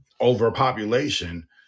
overpopulation